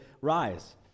Rise